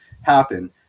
happen